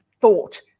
thought